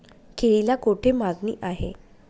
केळीला कोठे मागणी आहे?